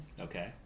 Okay